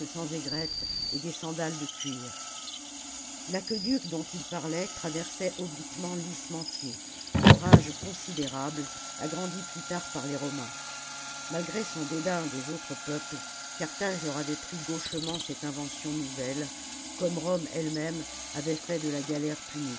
sans aigrette et des sandales de cuir l'aqueduc dont il parlait traversait obliquement l'isthme entier ouvrage considérable agrandi plus tard par les romains malgré son dédain des autres peuples carthage leur avait pris gauchement cette invention nouvelle comme rome elle-même avait fait de la galère punique